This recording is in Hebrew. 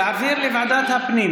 להעביר לוועדת הפנים